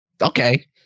okay